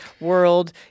world